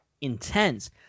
intense